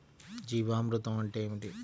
జీవామృతం అంటే ఏమిటి?